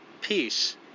peace